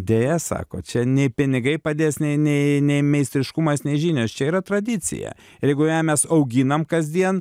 deja sako čia nei pinigai padės nei nei nei meistriškumas nei žinios čia yra tradicija jeigu ją mes auginam kasdien